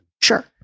sure